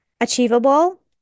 achievable